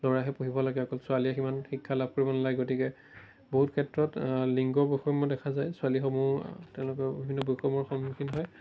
ল'ৰাহে পঢ়িব লাগে অকল ছোৱালীয়ে সিমান শিক্ষা লাভ কৰিব নালাগে গতিকে বহুত ক্ষেত্ৰত লিংগ বৈষম্য দেখা যায় ছোৱালীসমূহ তেওঁলোকে বিভিন্ন বৈষম্যৰ সন্মুখীন হয়